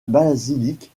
basilique